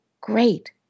great